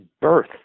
birth